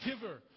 giver